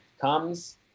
comes